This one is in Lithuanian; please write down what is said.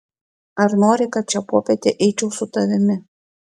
ar nori kad šią popietę eičiau su tavimi